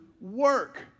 work